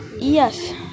Yes